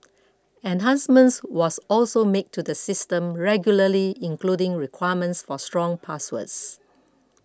enhancements are also made to the system regularly including requirements for strong passwords